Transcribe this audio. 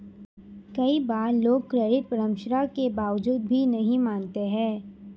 कई बार लोग क्रेडिट परामर्श के बावजूद भी नहीं मानते हैं